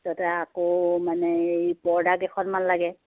তাৰপাছতে আকৌ মানে এই পৰ্দা কেইখনমান লাগে